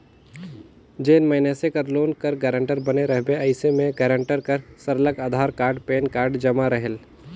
जेन मइनसे कर लोन कर गारंटर बने रहिबे अइसे में गारंटर कर सरलग अधार कारड, पेन कारड जमा रहेल